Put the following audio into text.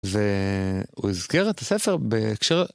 והוא הזכיר את הספר בהקשר.